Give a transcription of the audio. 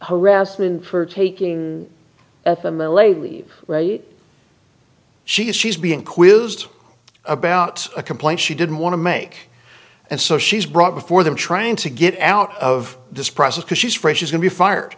harassment for taking at the mill a leave right she is she's being quizzed about a complaint she didn't want to make and so she's brought before them trying to get out of this process because she's fresh is going to be fired